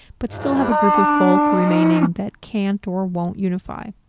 but still have a group of folk remaining that can't or won't unify.